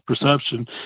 perception